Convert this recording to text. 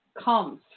comes